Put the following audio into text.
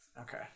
okay